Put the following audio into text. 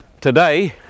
Today